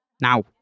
now